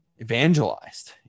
evangelized